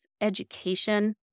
education